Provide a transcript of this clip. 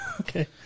Okay